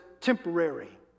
temporary